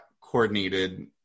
coordinated